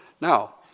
Now